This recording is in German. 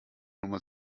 nummer